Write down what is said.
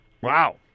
Wow